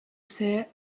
seh